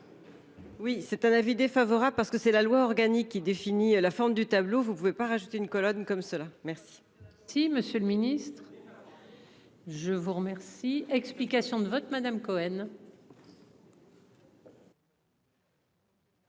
Oui c'est un avis défavorable, parce que c'est la loi organique qui défini la forme du tableau, vous ne pouvez pas rajouter une colonne comme cela. Merci. Si Monsieur le Ministre. Je vous remercie. Explications de vote Madame Cohen.